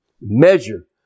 Measure